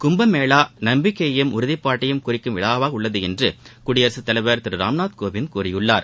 கும்பமேளா நம்பிக்கையையும் உறுதிப்பாட்டையும் குறிக்கும் விழாவாக உள்ளது என குடியரசு தலைவர் திரு ராம்நாத் கோவிந்த் கூறியுள்ளார்